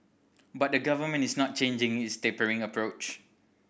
but the Government is not changing its tapering approach